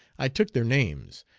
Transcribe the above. i took their names,